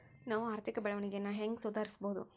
ನಾವು ಆರ್ಥಿಕ ಬೆಳವಣಿಗೆಯನ್ನ ಹೆಂಗ್ ಸುಧಾರಿಸ್ಬಹುದ್?